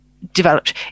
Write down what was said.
developed